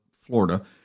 Florida